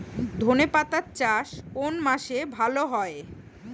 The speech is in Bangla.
ধনেপাতার চাষ কোন মাসে ভালো হয়?